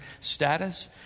status